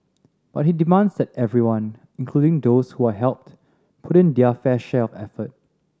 but he demands that everyone including those who are helped put in their fair share of effort